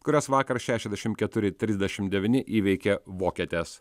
kurias vakar šešiasdešimt keturi trisdešimt devyni įveikė vokietes